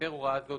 המפר הוראה זו,